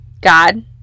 God